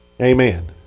Amen